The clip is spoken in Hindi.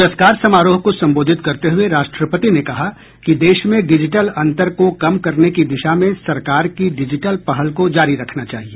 पुरस्कार समारोह को संबोधित करते हुए राष्ट्रपति ने कहा कि देश में डिजिटल अंतर को कम करने की दिशा में सरकार की डिजिटल पहल को जारी रखना चाहिए